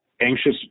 anxious